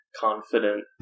confident